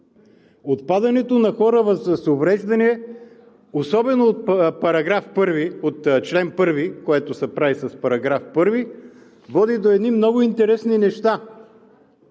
Отпадането на „хора с увреждания“, особено от чл. 1, което се прави с § 1, води до едни много интересни неща.